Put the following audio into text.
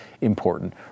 important